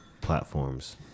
platforms